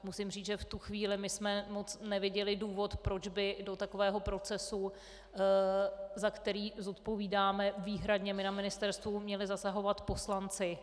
Musím říct, že v tu chvíli jsme moc neviděli důvod, proč by do takového procesu, za který odpovídáme výhradně my na ministerstvu, měli zasahovat poslanci.